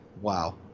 Wow